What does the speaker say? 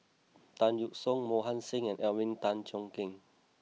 Tan Yeok Seong Mohan Singh and Alvin Tan Cheong Kheng